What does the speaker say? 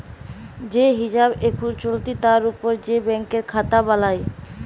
যে হিছাব এখুল চলতি তার উপর যে ব্যাংকের খাতা বালাই